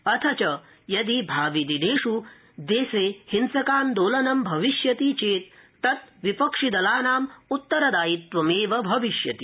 अथ च यदि भाविदिनेष् हिंसकान्दोलनं भविष्यति चेत् तत् विपक्षिदलानाम् उत्तरदायित्वं भविष्यति